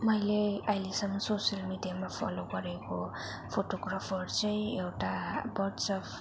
मैले अहिलेसम्म सोसलियल मिडियामा फलो गरेको फोटोग्राफर चाहिँ एउटा बर्ड्स अफ